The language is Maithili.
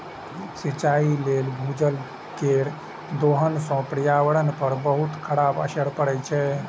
सिंचाइ लेल भूजल केर दोहन सं पर्यावरण पर बहुत खराब असर पड़ै छै